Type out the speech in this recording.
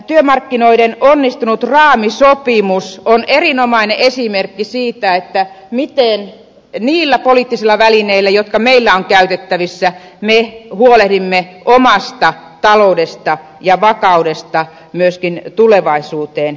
työmarkkinoiden onnistunut raamisopimus on erinomainen esimerkki siitä miten niillä poliittisilla välineillä jotka meillä on käytettävissä me huoleh dimme omasta taloudesta ja vakaudesta myöskin tulevaisuuteen nähden